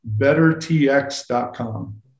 Bettertx.com